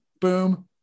boom